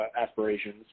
aspirations